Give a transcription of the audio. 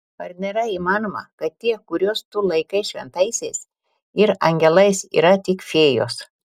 ar nėra įmanoma kad tie kuriuos tu laikai šventaisiais ir angelais yra tik fėjos